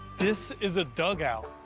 this is a dugout.